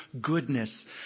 goodness